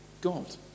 God